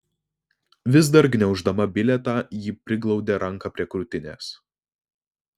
vis dar gniauždama bilietą ji priglaudė ranką prie krūtinės